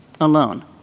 alone